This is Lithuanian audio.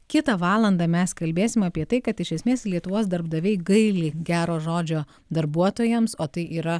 kitą valandą mes kalbėsim apie tai kad iš esmės lietuvos darbdaviai gaili gero žodžio darbuotojams o tai yra